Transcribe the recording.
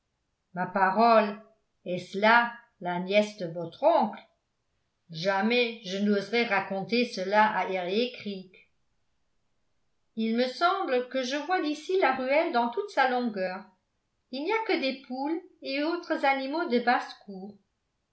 ma parole est-ce là la nièce de votre oncle jamais je n'oserai raconter cela à eriécreek il me semble que je vois d'ici la ruelle dans toute sa longueur il n'y a que des poules et autres animaux de basse-cour